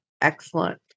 Excellent